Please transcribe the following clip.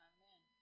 Amen